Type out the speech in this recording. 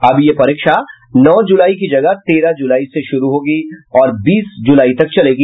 अब ये परीक्षा नौ जुलाई की जगह तेरह जुलाई से शुरू होगी और बीस जुलाई तक चलेगी